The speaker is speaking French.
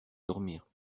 dormir